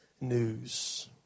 news